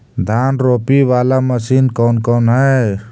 धान रोपी बाला मशिन कौन कौन है?